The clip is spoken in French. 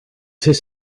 sait